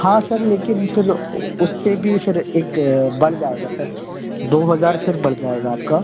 हाँ सर लेकिन फिर उससे भी फिर एक बढ़ जाएगा सर दो हज़ार फिर बढ़ जाएगा आपका